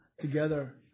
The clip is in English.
together